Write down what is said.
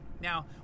Now